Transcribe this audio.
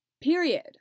Period